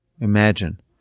Imagine